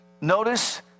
Notice